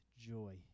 joy